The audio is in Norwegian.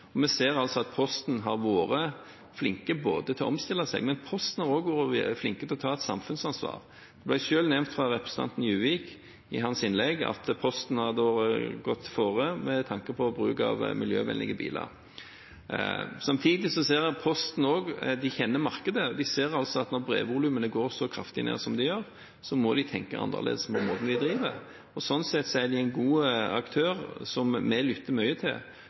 Vi ser at Posten har vært flink både til å omstille seg og til å ta et samfunnsansvar. Representanten Juvik nevnte selv i sitt innlegg at Posten hadde gått foran når det gjelder bruk av miljøvennlige biler. Samtidig kjenner Posten markedet. De ser at når brevvolumene går så kraftig ned som de gjør, må de tenke annerledes om måten de driver på. Sånn sett er de en god aktør som vi lytter nøye til